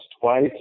twice